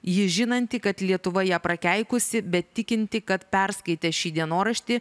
ji žinanti kad lietuva ją prakeikusi bet tikinti kad perskaitę šį dienoraštį